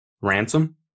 Ransom